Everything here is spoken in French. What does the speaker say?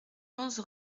onze